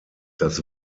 das